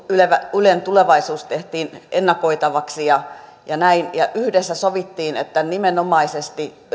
ylen tulevaisuus tehtiin ennakoitavaksi ja ja näin ja yhdessä sovittiin että nimenomaisesti